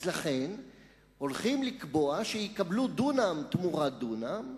לכן הולכים לקבוע שיקבלו דונם תמורת דונם,